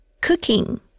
Cooking